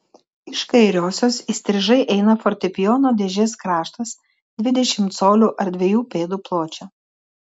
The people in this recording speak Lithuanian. iš kairiosios įstrižai eina fortepijono dėžės kraštas dvidešimt colių ar dviejų pėdų pločio